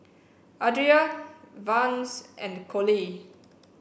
Adria Vance and Collie